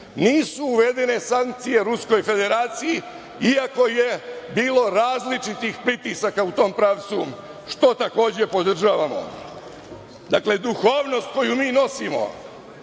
Nisu uvedene sankcije Ruskoj Federaciji, iako je bilo različitih pritisaka u tom pravcu, što takođe podržavamo. Dakle, duhovnost koju mi nosimo,